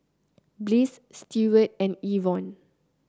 Bliss Steward and Evon